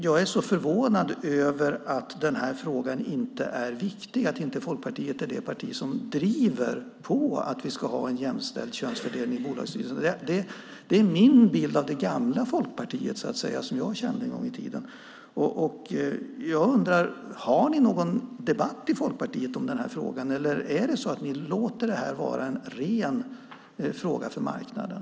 Jag är förvånad över att den här frågan inte är viktig, att Folkpartiet inte är det parti som driver på att vi ska ha en jämställd könsfördelning i bolagsstyrelserna. Det är min bild av det gamla Folkparti som jag kände en gång i tiden. Har ni någon debatt i Folkpartiet i den här frågan? Eller låter ni det här vara en ren fråga för marknaden?